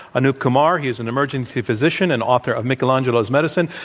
anoop kumar. he is an emergency physician and author of michelangelo's medicine.